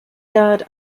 guard